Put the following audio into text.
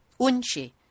Unchi